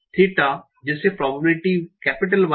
theta जिसे probability Y